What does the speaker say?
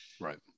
Right